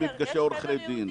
גברתי עשתה סיור.